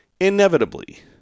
inevitably